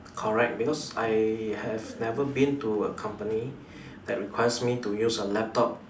correct because I have never been to a company that requires me to use a laptop